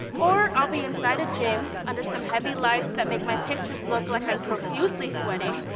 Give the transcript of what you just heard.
or, i'll be inside a gym under some heavy lights that make my pictures look like i'm profusely sweating,